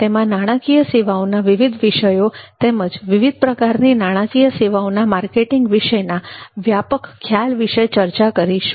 તેમાં નાણાકીય સેવાઓના વિવિધ વિષયો તેમજ વિવિધ પ્રકારની નાણાકીય સેવાઓના માર્કેટિંગ વિશેના વ્યાપક ખ્યાલ વિશે ચર્ચા કરીશું